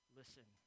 listen